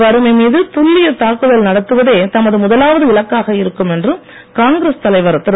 வறுமை மீது துல்லியத் தாக்குதல் நடத்துவதே தமது முதலாவது இலக்காக இருக்கும் என்று காங்கிரஸ் தலைவர் திரு